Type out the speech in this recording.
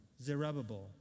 Zerubbabel